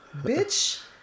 Bitch